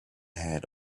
head